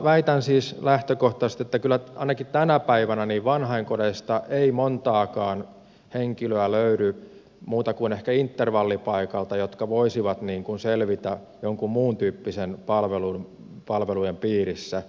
väitän siis lähtökohtaisesti ettei kyllä ainakaan tänä päivänä vanhainkodeista löydy montaakaan henkilöä muualta kuin ehkä intervallipaikalta jotka voisivat selvitä joidenkin muuntyyppisten palvelujen piirissä